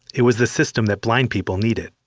it was the system that blind people needed,